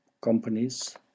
companies